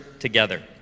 Together